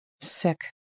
Sick